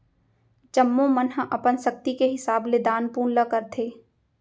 जम्मो मन ह अपन सक्ति के हिसाब ले दान पून ल करथे